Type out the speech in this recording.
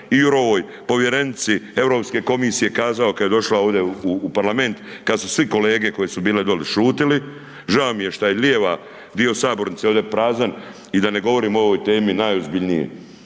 i Jurovoj povjerenici Europske komisije kazao kad je došla ovdje u parlament, kad su svi kolege koje su bile doli šutili, žao mi je šta je lijeva, dio sabornice ovdje prazan i da ne govorim o ovoj temi najozbiljnije.